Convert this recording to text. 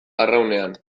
arraunean